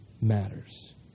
matters